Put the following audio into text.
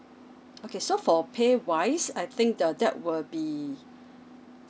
okay so for pay wise I think the that will be